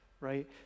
right